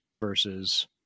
versus